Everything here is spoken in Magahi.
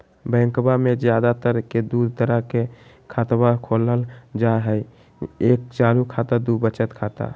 बैंकवा मे ज्यादा तर के दूध तरह के खातवा खोलल जाय हई एक चालू खाता दू वचत खाता